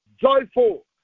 joyful